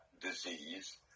disease